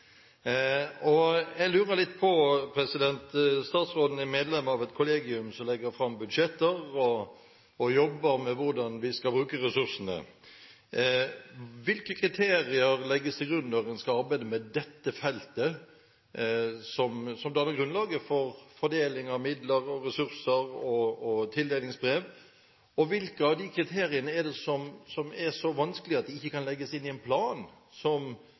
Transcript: statsråden er medlem av et kollegium som legger fram budsjetter og jobber med hvordan vi skal bruke ressursene. Hvilke kriterier legges til grunn når en skal arbeide med dette feltet som danner grunnlaget for fordeling av midler, ressurser og tildelingsbrev, og hvilke av de kriteriene er det som er så vanskelige at de ikke kan legges inn i en plan som